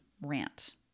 rant